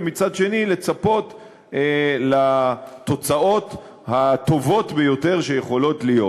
ומצד שני לצפות לתוצאות הטובות ביותר שיכולות להיות.